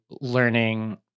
learning